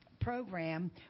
program